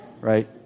Right